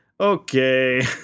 okay